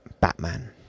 Batman